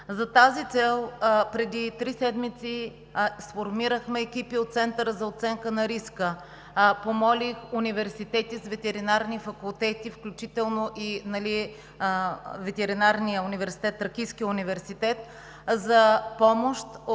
За тази цел преди три седмици сформирахме екипи от Центъра за оценка на риска. Помолих университети с ветеринарни факултети, включително и ветеринарния към Тракийския университет, за помощ от